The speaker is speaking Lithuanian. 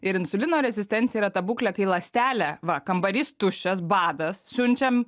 ir insulino rezistencija yra ta būklė kai ląstelė va kambarys tuščias badas siunčiam